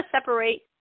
separate